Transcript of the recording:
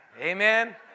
Amen